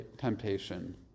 temptation